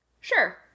Sure